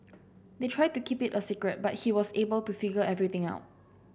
they tried to keep it a secret but he was able to figure everything out